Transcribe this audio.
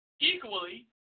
equally